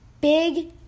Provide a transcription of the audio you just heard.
big